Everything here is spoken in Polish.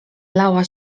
lała